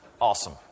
Awesome